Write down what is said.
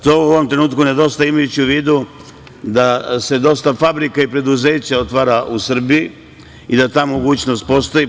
To u ovom trenutku nedostaje, imajući u vidu da se dosta fabrika i preduzeća otvara u Srbiji i da ta mogućnost postoji.